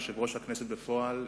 יושב-ראש הכנסת בפועל,